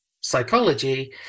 psychology